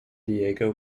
diego